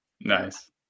Nice